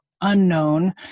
unknown